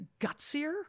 gutsier